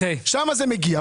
שם זה מגיע,